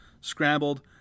scrambled